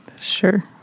Sure